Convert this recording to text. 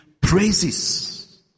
praises